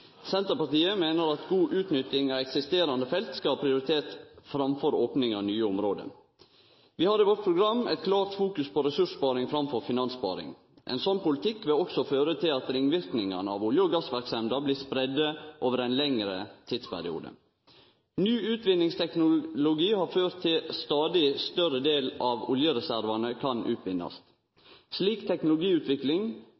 Senterpartiet meiner at god utnytting av eksisterande felt skal ha prioritet framfor opning av nye område. Vi har i vårt program eit klårt fokus på ressurssparing framfor finanssparing. Ein slik politikk vil også føre til at ringverknadene av olje- og gassverksemda blir spreidde over ein lengre tidsperiode. Ny utvinningsteknologi har ført til at ein stadig større del av oljereservane kan